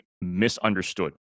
misunderstood